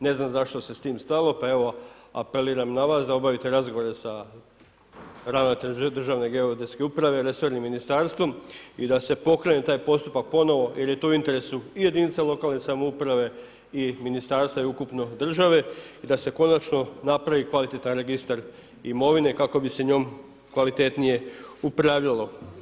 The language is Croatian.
Ne znam zašto se s tim stalo pa evo, apeliram na vas da obavite razgovore sa ravnateljem Državne geodetske uprave, resornim ministarstvom i da se pokrene taj postupak ponovo jer je to u interesu i jedinica lokalne samouprave i ministarstva i ukupno države i da se konačno napravi kvalitetan registar imovine kako bi se njom kvalitetnije upravljalo.